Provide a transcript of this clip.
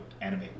anime